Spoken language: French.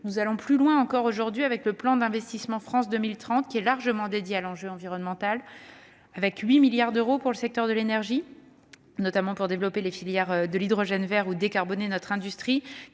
nous allons plus loin encore avec le plan d'investissement France 2030, qui est largement dédié aux enjeux environnementaux. À ce titre, 8 milliards d'euros sont fléchés vers le secteur de l'énergie, notamment pour développer la filière de l'hydrogène vert et décarboner notre industrie,